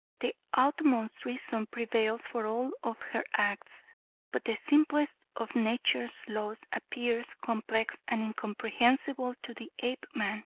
the utmost reason prevails for all of her acts but the simplest of nature's laws appears complex and incomprehensible to the apeman,